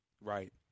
Right